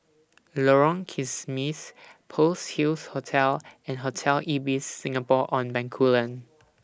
Lorong Kismis Pearl's Hills Hotel and Hotel Ibis Singapore on Bencoolen